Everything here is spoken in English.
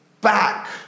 back